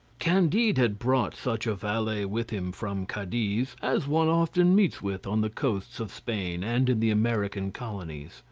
candide had brought such a valet with him from cadiz, as one often meets with on the coasts of spain and in the american colonies.